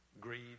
greed